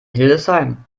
hildesheim